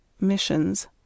Missions